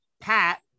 Pat